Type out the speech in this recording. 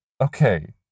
Okay